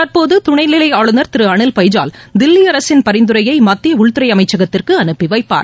தற்போது துணை நிலை ஆளுநர் திரு அனில் பைஜால் தில்லி அரசின் பரிந்துரையை மத்திய உள்துறை அமைச்சகத்துக்கு அனுப்பிவைப்பார்